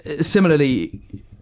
similarly